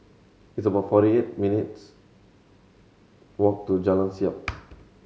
it's about forty eight minutes' walk to Jalan Siap